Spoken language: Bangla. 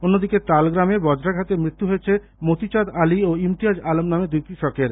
অন্যদিকে তালগ্রামে বজ্রাঘাতে মৃত্যু হয়েছে মতিচাঁদ আলি ও ইমতিয়াজ আলম নামে দুই কৃষকের